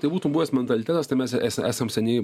tai būtų buvęs mentalitetas tai mes esam seniai